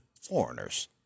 Foreigners